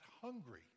hungry